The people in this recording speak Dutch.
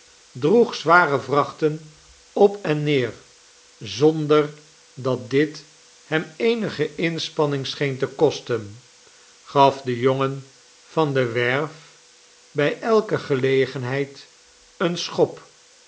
droeg zware vrachten op en neer zonder dat dit hem eenige inspanning scheen te kosten gaf den jongen van de werf bij elke gelegenheid een schop